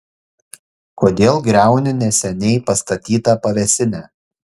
kodėl griauni neseniai pastatytą pavėsinę